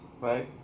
right